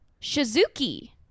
Shizuki